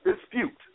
dispute